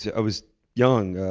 so i was young.